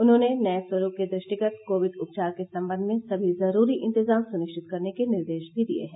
उन्होंने नये स्वरूप के दृष्टिगत कोविड उपचार के सम्बन्ध में सभी जरूरी इंतजाम सुनिश्चित करने के निर्देश भी दिये हैं